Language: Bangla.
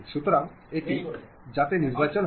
সুতরাং এটি যাতে নিরবচ্ছিন্ন হয়